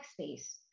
space